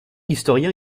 historien